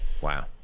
Wow